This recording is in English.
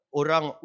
orang